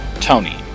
Tony